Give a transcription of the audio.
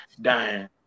dying